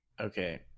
Okay